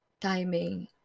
timing